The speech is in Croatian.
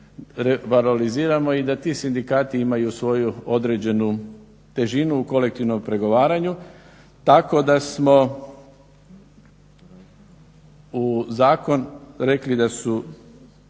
i da ti sindikati imaju svoju određenu težinu u kolektivnom pregovaranju tako da smo u zakon rekli da su